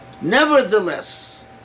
Nevertheless